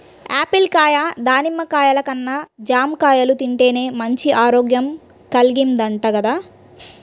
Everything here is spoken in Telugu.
యాపిల్ కాయ, దానిమ్మ కాయల కన్నా జాంకాయలు తింటేనే మంచి ఆరోగ్యం కల్గిద్దంట గదా